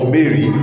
Mary